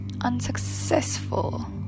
unsuccessful